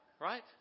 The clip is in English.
Right